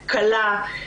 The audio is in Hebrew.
תודה רבה.